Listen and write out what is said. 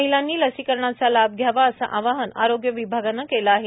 महिलांनी लसीकरणाचा लाभ घ्यावा असे आवाहन आरोग्य विभागाने केले आहे